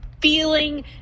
feeling